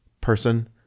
person